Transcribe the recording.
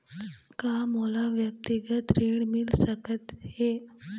का मोला व्यक्तिगत ऋण मिल सकत हे?